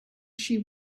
she